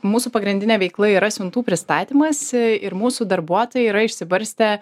mūsų pagrindinė veikla yra siuntų pristatymas e ir mūsų darbuotojai yra išsibarstę